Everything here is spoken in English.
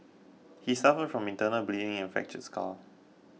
he suffered from internal bleeding and a fractured skull